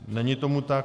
Není tomu tak.